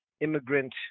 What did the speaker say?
immigrant